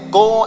go